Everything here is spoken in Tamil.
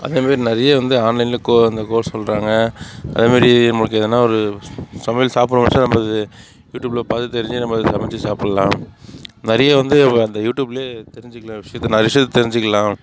அந்த மாதிரி நிறைய வந்து ஆன்லைன்லேயே கோ அந்த கோர்ஸ் சொல்கிறாங்க அதே மாதிரி நம்மளுக்கு எதுனா ஒரு சமையல் சாப்பிடணும்னு நினச்சா நம்மளுக்கு யூட்யூப்பில் பார்த்து தெரிஞ்சு நம்ம அதை சமைத்து சாப்பிடலாம் நிறைய வந்து அந்த யூட்யூப்லேயே தெரிஞ்சுக்கலாம் விஷயத்தை நிறைய விஷயத்தை தெரிஞ்சுக்கலாம்